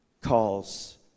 calls